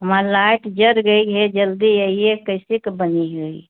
हमार लाइट जल गई है जल्दी आइये कैसे के बनी हइ